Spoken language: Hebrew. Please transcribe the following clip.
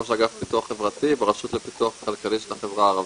ראש אגף פיתוח חברתי ברשות לפיתוח כלכלי של החברה הערבית.